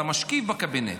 אתה משקיף בקבינט.